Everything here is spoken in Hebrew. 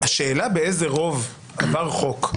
השאלה באיזה רוב עבר חוק,